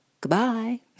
goodbye